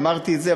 אמרתי את זה,